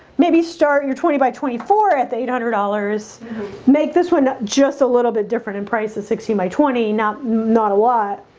maybe start your twenty by twenty four at the eight hundred dollars make this one just a little bit different in price at sixteen by twenty. not not a lot